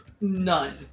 None